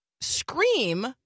scream